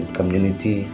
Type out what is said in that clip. Community